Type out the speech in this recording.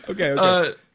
Okay